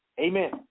Amen